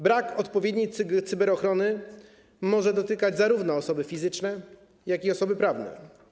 Brak odpowiedniej cyberochrony może dotykać zarówno osoby fizyczne, jak i osoby prawne.